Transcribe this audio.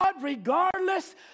regardless